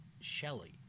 Shelley